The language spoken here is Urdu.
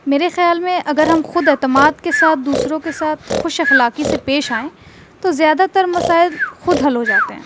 میرے خیال میں اگر ہم خود اعتمادی کے ساتھ دوسروں کے ساتھ خوش اخلاقی سے پیش آئیں تو زیادہ تر مسائل خود حل ہو جاتے ہیں